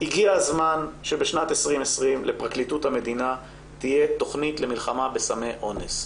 הגיע הזמן שבשנת 2020 שלפרקליטות המדינה תהיה תוכנית למלחמה בסמי אונס.